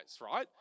right